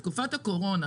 בתקופת הקורונה